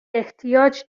احتیاج